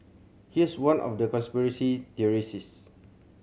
here's one of the conspiracy theorist